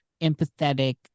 empathetic